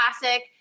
classic